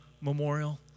Memorial